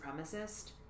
supremacist